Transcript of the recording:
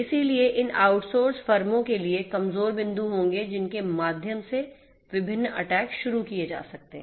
इसलिए उन आउटसोर्स फर्मों के लिए कमजोर बिंदु होंगे जिनके माध्यम से विभिन्न अटैक शुरू किए जा सकते हैं